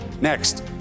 next